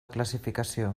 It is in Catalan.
classificació